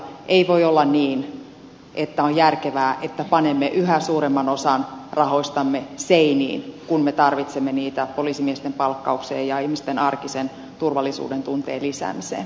ei voi olla niin että on järkevää että panemme yhä suuremman osan rahoistamme seiniin kun me tarvitsemme niitä poliisimiesten palkkaukseen ja ihmisten arkisen turvallisuudentunteen lisäämiseen